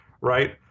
Right